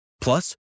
Plus